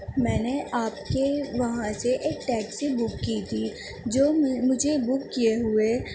میں نے آپ کے وہاں سے ایک ٹیکسی بک کی تھی جو مجھے بک کیے ہوئے